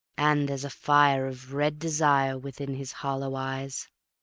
and there's a fire of red desire within his hollow eyes.